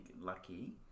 lucky